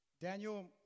Daniel